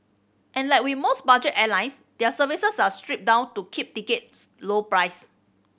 and like with most budget airlines their services are stripped down to keep tickets low price